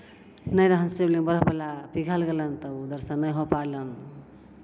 नहि रहनि शिवलिंग बर्फवला पिघलि गेलनि तऽ ओ दर्शन नहि हो पयलनि